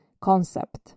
concept